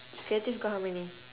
creative got how many